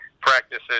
practices